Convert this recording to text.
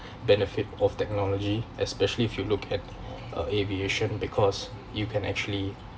benefit of technology especially if you look at uh aviation because you can actually